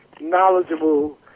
knowledgeable